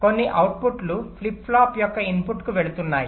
కొన్ని అవుట్పుట్లు flip flop యొక్క ఇన్పుట్కు వెళ్తున్నాయి